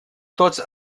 tots